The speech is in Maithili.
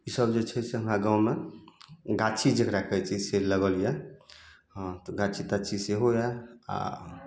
ईसब जे छै से हमरा गाममे गाछी जकरा कहै छिए से लगल यऽ हँ तऽ गाछी ताछी सेहो यऽ आओर